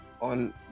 on